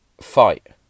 fight